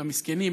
למסכנים,